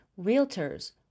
Realtors